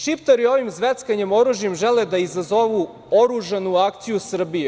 Šiptari ovim zveckanjem oružjem žele da izazovu oružanu akciju Srbije.